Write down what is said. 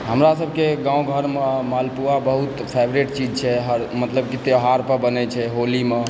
हमरासभकेँ गाँव घरमऽ मालपुआ बहुत फेवरेट चीज छै हर मतलब कि त्यौहार पर बनय छै होलीमऽ